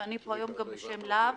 ואני פה היום גם בשם להב,